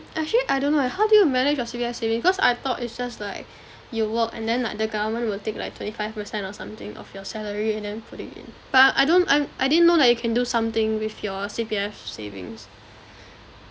actually I don't know eh how do you manage your C_P_F savings because I thought it's just like you work and then like the government will take like twenty five percent or something of your salary and then put it in but I don't I I didn't know that you can do something with your C_P_F savings